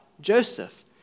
Joseph